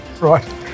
right